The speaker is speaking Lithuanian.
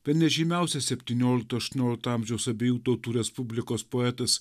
bene žymiausias septyniolikto aštuoniolikto amžiaus abiejų tautų respublikos poetas